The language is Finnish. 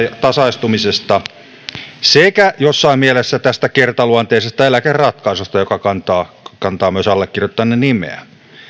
ajantasaistumisesta sekä jossain mielessä tästä kertaluonteisesta eläkeratkaisusta joka kantaa kantaa myös allekirjoittaneen nimeä